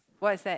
what's that